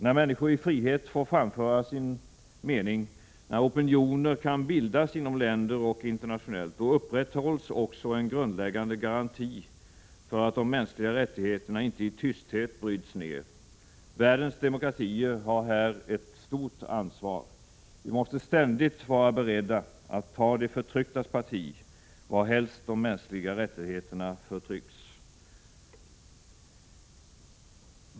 När människor i frihet får föra fram sin mening, när opinioner kan bildas inom länder och internationellt, då upprätthålls också en grundläggande garanti för att de mänskliga rättigheterna inte bryts ned i tysthet. Världens demokratier har här ett stort ansvar. Vi måste ständigt vara beredda att ta de förtrycktas parti, varhelst de mänskliga rättigheterna förtrycks.